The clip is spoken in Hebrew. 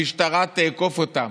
המשטרה תאכוף אותן,